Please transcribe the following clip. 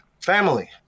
family